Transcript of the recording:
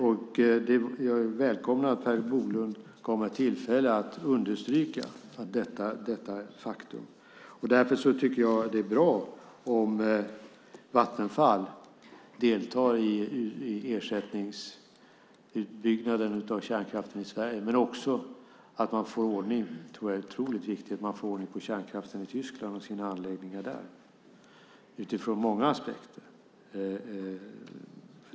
Jag välkomnar att Per Bolund gav mig tillfälle att understryka detta faktum. Därför tycker jag att det är bra om Vattenfall deltar i ersättningsutbyggnaden av kärnkraften i Sverige. Jag tror att det också är väldigt viktigt att man får ordning på kärnkraften i Tyskland och sina anläggningar där ur många aspekter.